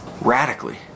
radically